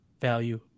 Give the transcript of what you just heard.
value